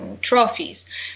trophies